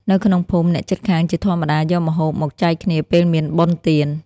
នៅក្នុងភូមិ អ្នកជិតខាងជាធម្មតាយកម្ហូបមកចែកគ្នាពេលមានបុណ្យទាន។